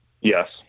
Yes